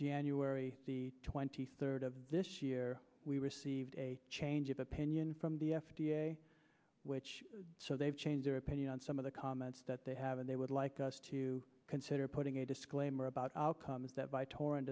january twenty third of this year we received a change of opinion from the f d a which so they've changed their opinion on some of the comments that they have and they would like us to consider putting a disclaimer about outcomes that vytor